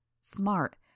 smart